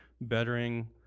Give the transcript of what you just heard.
bettering